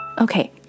Okay